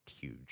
huge